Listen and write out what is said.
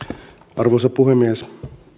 arvoisa puhemies tässä